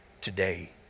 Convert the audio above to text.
today